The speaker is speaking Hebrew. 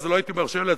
לא הייתי מרשה לעצמי,